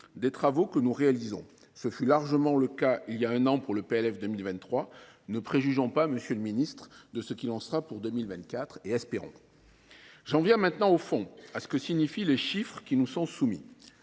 des travaux que nous réalisons. Ce fut largement le cas il y a un an avec le projet de loi de finances pour 2023. Ne préjugeons pas, monsieur le ministre, de ce qu’il en sera pour 2024, et espérons. J’en viens maintenant au fond, à ce que signifient les chiffres qui nous sont soumis.